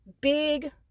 big